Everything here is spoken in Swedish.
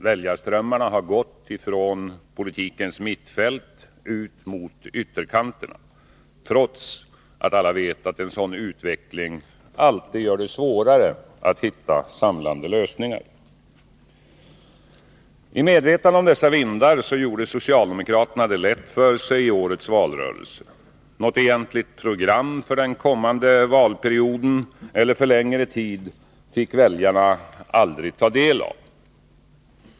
Väljarströmmarna har gått från politikens mittfält ut mot ytterkanterna, trots att alla vet att en sådan utveckling alltid gör det svårare att hitta samlande lösningar. I medvetande om dessa vindar gjorde socialdemokraterna det lätt för sig i årets valrörelse. Något egentligt program för den kommande valperioden eller för längre tid fick väljarna aldrig ta del av.